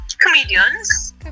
Comedians